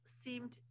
seemed